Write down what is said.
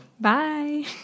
Bye